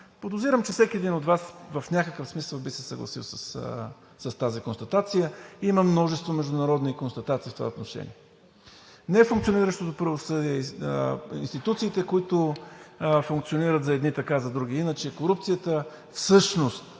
Подозирам, че всеки един от Вас в някакъв смисъл би се съгласил с тази констатация. Има множество международни констатации в това отношение. Нефункциониращото правосъдие, институциите, които функционират за едни така – за други иначе, корупцията, всъщност не